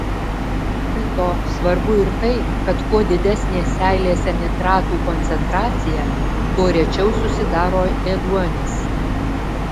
be to svarbu ir tai kad kuo didesnė seilėse nitratų koncentracija tuo rečiau susidaro ėduonis